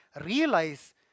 realize